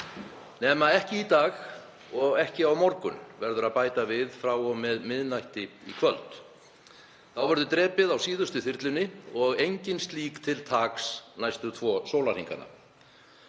hennar — nema í dag og á morgun, verður að bæta við frá og með miðnætti í kvöld. Þá verður drepið á síðustu þyrlunni og engin slík til taks næstu tvo sólarhringana.